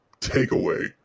takeaway